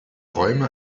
räume